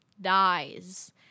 dies